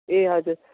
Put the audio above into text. ए हजुर